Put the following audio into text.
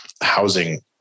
housing